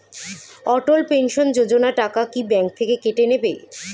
অটল pension Yojana টাকা কি bank থেকে কেটে নেবে?